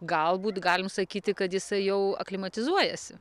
galbūt galim sakyti kad jisai jau aklimatizuojasi